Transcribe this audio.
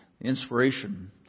inspiration